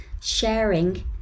sharing